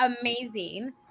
amazing